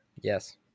Yes